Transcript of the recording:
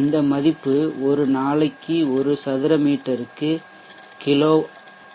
இந்த மதிப்பு ஒரு நாளைக்கு ஒரு சதுரமீட்டர்க்கு